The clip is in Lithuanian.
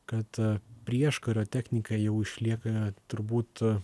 kad prieškario technika jau išlieka turbūt